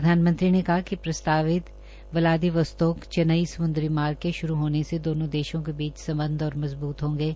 प्रधानमंत्री ने कहा कि प्रस्तावित व्लादिवास्तोक चेन्नई सम्द्री मार्ग के श्रू होने से दोनों देशों के बीच सम्बध और मंजबूत होंगे